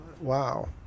Wow